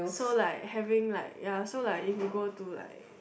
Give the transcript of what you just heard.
so like having like ya so like if you go to like